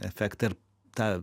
efektą ir ta